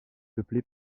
peuplé